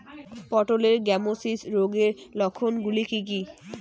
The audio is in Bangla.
পটলের গ্যামোসিস রোগের লক্ষণগুলি কী কী?